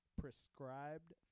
prescribed